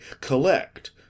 Collect